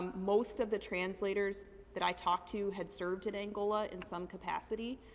most of the translators that i talked to had served in angola in some capacity,